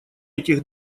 этих